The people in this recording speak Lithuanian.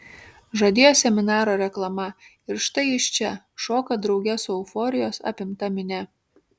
žadėjo seminaro reklama ir štai jis čia šoka drauge su euforijos apimta minia